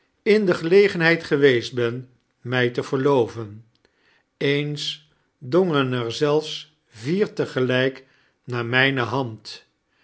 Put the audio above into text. in de gelegenheid geweest ben mij te verloven eens dongem er zelfs vier te gelijk naar mijne hand